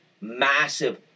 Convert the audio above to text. massive